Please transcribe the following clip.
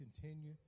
continue